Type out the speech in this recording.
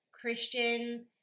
Christian